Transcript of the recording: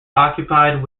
occupied